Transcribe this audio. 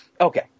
okay